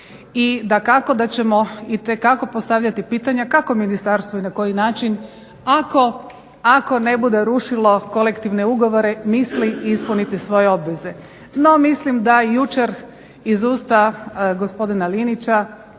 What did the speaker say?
I dakako da ćemo itekako postavljati pitanja kako ministarstvo i na koji način ako ne bude rušilo kolektivne ugovore misli ispuniti svoje obveze. No mislim da i jučer iz usta gospodina Linića,